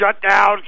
shutdown